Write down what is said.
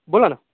बोला ना